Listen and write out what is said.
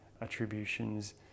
attributions